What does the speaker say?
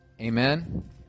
Amen